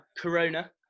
Corona